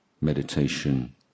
meditation